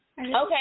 Okay